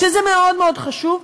שזה מאוד מאוד חשוב,